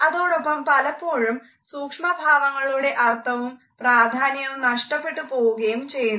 അതോടൊപ്പം പലപ്പോഴും സൂക്ഷ്മഭാവങ്ങളുടെ അർത്ഥവും പ്രാധാന്യവും നഷ്ടപ്പെട്ടു പോകുകയും ചെയ്യുന്നു